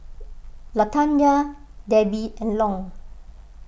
Latanya Debbi and Long